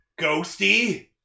Ghosty